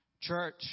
Church